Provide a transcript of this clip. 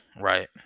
right